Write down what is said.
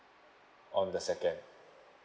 on the second